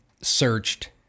searched